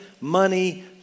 money